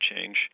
change